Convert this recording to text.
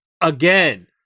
again